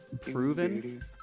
proven